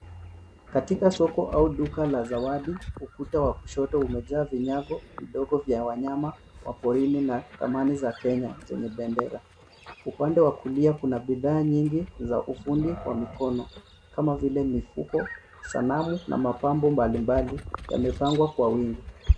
Katika soko au duka la zawadi, ukuta wa kushoto umejaa vinyago vidogo vya wanyama wa porini na dhamani za Kenya zimependeza, upande wa kulia kuna bidhaa nyingi za ufundi wa mikono, kama vile mifuko, sanamu na mapambo mbalimbali yamepangwa kwa wingi.